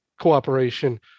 cooperation